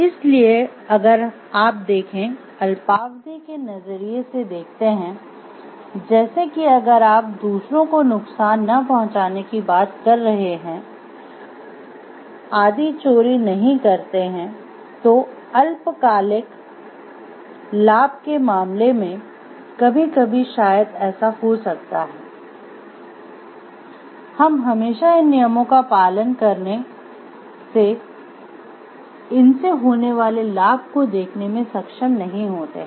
इसलिए अगर आप देंखे अल्पावधि के नजरिए से देखते हैं जैसे कि अगर आप दूसरों को नुकसान न पहुंचाने की बात कर रहे हैं आदि चोरी नहीं करते हैं तो अल्पकालिक लाभ के मामले में कभी कभी शायद ऐसा हो सकता है हम हमेशा इन नियमों का पालन करने से इनसे होने वाले लाभ को देखने में सक्षम नहीं होते हैं